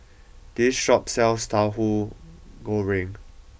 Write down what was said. this shop sells Tahu Goreng